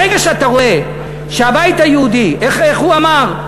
ברגע שאתה רואה שהבית היהודי איך הוא אמר?